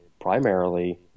primarily